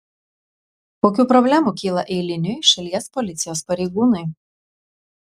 kokių problemų kyla eiliniui šalies policijos pareigūnui